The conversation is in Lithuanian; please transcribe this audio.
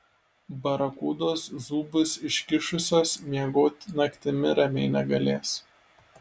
barakudos zūbus iškišusios miegoti naktim ramiai negalės